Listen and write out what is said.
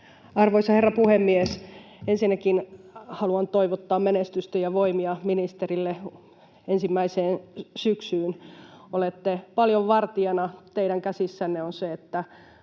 Arvoisa herra puhemies! Ensinnäkin haluan toivottaa menestystä ja voimia ministerille ensimmäiseen syksyyn. Olette paljon vartijana. Teidän käsissänne on se, että